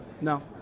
No